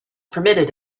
permitted